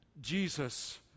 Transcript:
Jesus